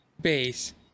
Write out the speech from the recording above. base